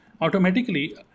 automatically